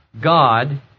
God